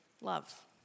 love